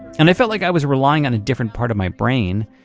and i felt like i was relying on a different part of my brain,